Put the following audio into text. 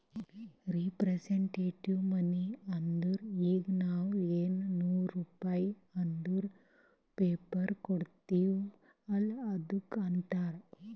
representative money ಅಂದುರ್ ಈಗ ನಾವ್ ಎನ್ ನೂರ್ ರುಪೇ ಅಂದುರ್ ಪೇಪರ್ ಕೊಡ್ತಿವ್ ಅಲ್ಲ ಅದ್ದುಕ್ ಅಂತಾರ್